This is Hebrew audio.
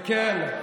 וכן,